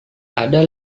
ada